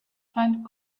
find